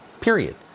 period